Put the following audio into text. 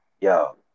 Yo